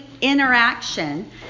interaction